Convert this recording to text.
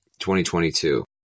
2022